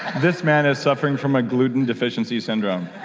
this man is suffering from a gluten deficiency syndrome.